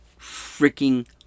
freaking